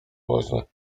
woźny